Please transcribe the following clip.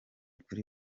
kuri